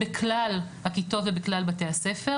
בכלל הכיתות ובכלל בתי הספר.